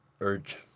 urge